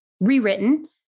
rewritten